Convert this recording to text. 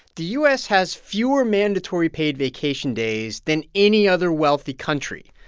the u s. has fewer mandatory paid vacation days than any other wealthy country,